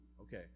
okay